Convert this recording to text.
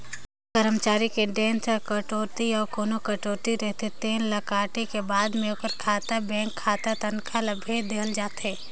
करमचारी के जेन टेक्स कटउतीए अउ कोना कटउती रहिथे तेन ल काटे के बाद म ओखर खाता बेंक खाता तनखा ल भेज देहल जाथे